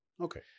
Okay